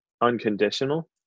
unconditional